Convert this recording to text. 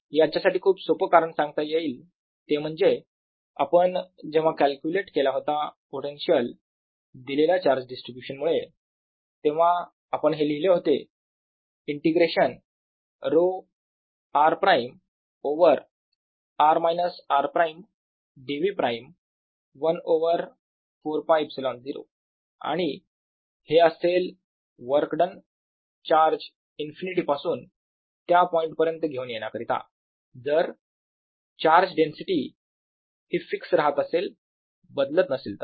याच्यासाठी खूप सोप कारण सांगता येईल ते म्हणजे आपण जेव्हा कॅल्क्युलेट केला होता पोटेन्शियल दिलेल्या चार्ज डिस्ट्रीब्यूशन मुळे तेव्हा आपण हे लिहिले होते integration ⍴r′ over r r′ dv′ 1 over 4 π ε0 आणि हे असेल वर्क डन चार्ज इनफिनिटी पासून त्या पॉइंट पर्यंत घेऊन येण्याकरिता जर चार्ज डेन्सिटी ही फिक्स राहत असेल बदलत नसेल तर